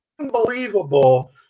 unbelievable